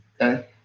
Okay